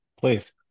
Please